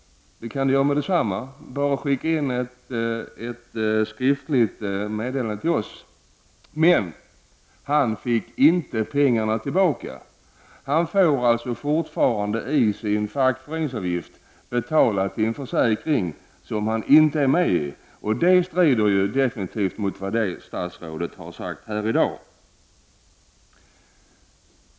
Han behövde bara skicka in ett skriftligt meddelande till förbundet om detta. Men han fick inte pengarna tillbaka. Han får alltså fortfarande genom sin fackföreningsavgift betala för en försäkring som han inte är tecknad för. Och det strider mot det som statsrådet har sagt här i dag.